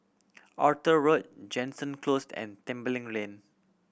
Arthur Road Jansen Close and Tembeling Lane